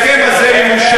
כי כשההסכם הזה יאושר,